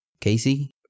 Casey